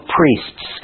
priests